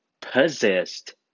possessed